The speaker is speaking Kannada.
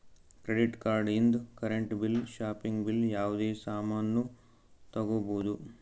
ಕ್ರೆಡಿಟ್ ಕಾರ್ಡ್ ಇಂದ್ ಕರೆಂಟ್ ಬಿಲ್ ಶಾಪಿಂಗ್ ಬಿಲ್ ಯಾವುದೇ ಸಾಮಾನ್ನೂ ತಗೋಬೋದು